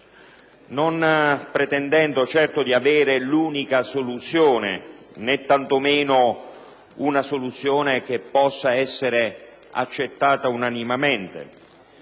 non pretendendo certo di avere l'unica soluzione, né tantomeno una soluzione che possa essere accettata unanimemente.